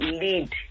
lead